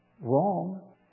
wrong